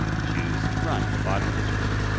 choose run at the bottom of the screen.